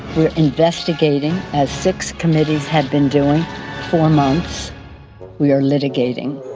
we're investigating as six committees have been doing for months we are litigating.